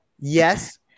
yes